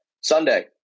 Sunday